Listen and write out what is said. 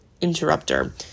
interrupter